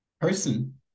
Person